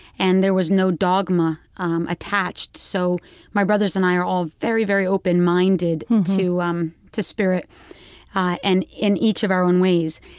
and there was no dogma um attached. so my brothers and i are all very very open-minded to um to spirit and in each of our own ways.